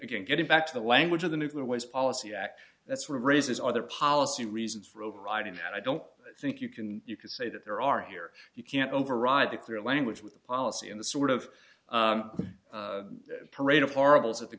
again getting back to the language of the nuclear waste policy act that sort of raises other policy reasons for overriding and i don't think you can you can say that there are here you can't override the clear language with the policy and the sort of parade of horribles that the